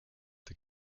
the